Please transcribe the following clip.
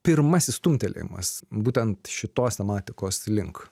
pirmasis stumtelėjimas būtent šitos tematikos link